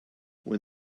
when